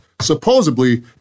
supposedly